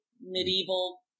Medieval